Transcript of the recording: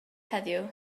heddiw